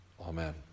Amen